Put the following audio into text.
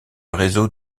réseau